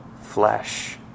flesh